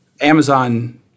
Amazon